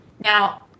Now